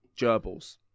gerbils